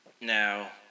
Now